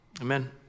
Amen